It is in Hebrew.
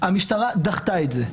המשטרה דחתה את זה.